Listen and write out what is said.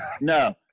No